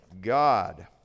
God